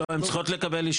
לא, הן צריכות לקבל אישור.